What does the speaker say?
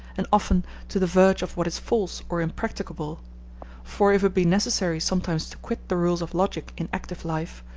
and often to the verge of what is false or impracticable for if it be necessary sometimes to quit the rules of logic in active life,